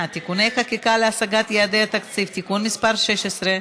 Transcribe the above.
(תיקוני חקיקה להשגת יעדי התקציב) (תיקון מס' 16)